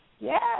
Yes